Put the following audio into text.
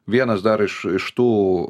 vienas dar iš iš tų